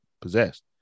possessed